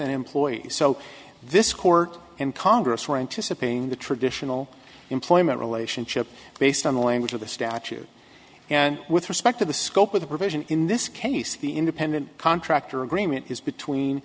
employees so this court and congress were anticipating the traditional employment relationship based on the language of the statute and with respect to the scope of the provision in this case the independent contractor agreement is between